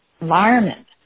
environment